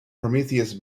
prometheus